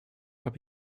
habe